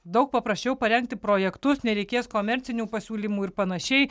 daug paprasčiau parengti projektus nereikės komercinių pasiūlymų ir pan